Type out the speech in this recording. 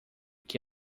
que